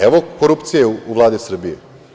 Evo korupcije u Vladi Srbije.